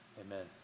Amen